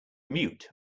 mute